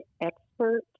expert